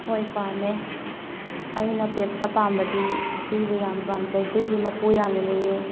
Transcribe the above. ꯍꯣꯏ ꯄꯥꯝꯃꯦ ꯑꯩꯅ ꯄꯦꯠꯁꯇ ꯄꯥꯝꯕꯗꯤ ꯍꯨꯏꯕꯨ ꯌꯥꯝꯅ ꯄꯥꯝꯖꯩ ꯍꯨꯏꯗꯤ ꯃꯄꯨ ꯌꯥꯝꯅ ꯅꯤꯡꯉꯤ